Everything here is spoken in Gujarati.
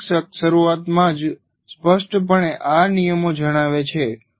દરેક શિક્ષક શરૂઆતમાં જ સ્પષ્ટપણે આ નિયમો જણાવે છે